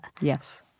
Yes